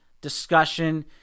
discussion